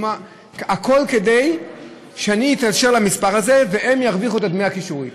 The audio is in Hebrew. הכול כדי שאני אתקשר למספר הזה והם ירוויחו את דמי הקישוריות.